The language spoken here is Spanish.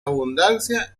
abundancia